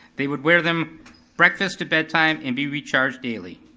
they would wear them breakfast to bedtime and be recharged daily.